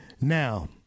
Now